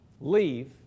leave